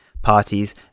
Parties